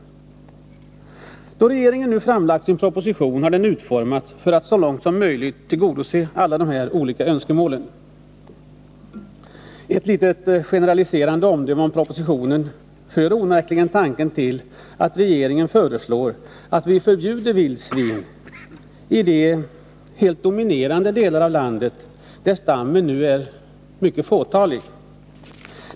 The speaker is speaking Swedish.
Regeringens proposition har utformats för att så långt möjligt tillgodose alla olika önskemål. Som ett litet generaliserande omdöme om propositionen kan onekligen sägas att regeringen föreslår att vi förbjuder vildsvin i de helt dominerande delar av landet där stammen nu är fåtalig.